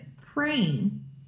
praying